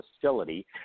facility